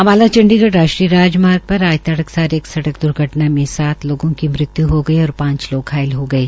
अम्बाला चंडीगढ़ राष्ट्रीय राजमार्ग पर आज तड़कसार एक सड़क द्र्घटना में सात लोगों की मौत हो गई और पांच लोग घायल हो गये